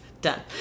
Done